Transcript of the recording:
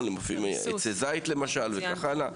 עצי זית, למשל, וכך הלאה.